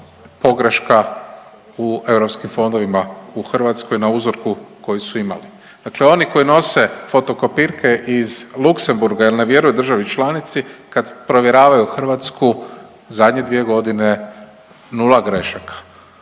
pogreška u EU fondova u Hrvatskoj, na uzorku koji su imali. Dakle oni koji nose fotokopirke iz Luksemburga jer ne vjeruju državi članici, kad provjeravaju Hrvatsku zadnje 2 godine 0 grešaka,